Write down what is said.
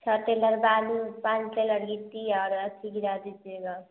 छः टेलर बालू पान टेलर गिट्टी और अथी गिरा दीजिएगा